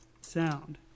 sound